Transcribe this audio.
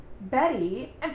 Betty